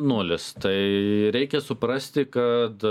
nulis tai reikia suprasti kad